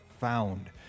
found